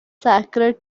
sacred